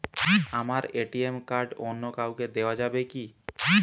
আমার ATM card অন্য কাউকে দেওয়া যাবে কি?